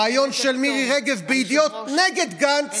ראיון של מירי רגב בידיעות נגד גנץ?